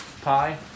pie